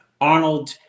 Arnold